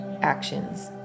actions